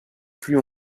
plus